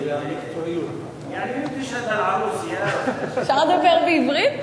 אפשר לדבר בעברית?